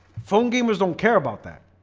phone gamers don't care about that.